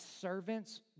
servants